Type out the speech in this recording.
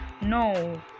No